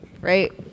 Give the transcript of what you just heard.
Right